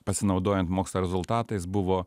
pasinaudojant mokslo rezultatais buvo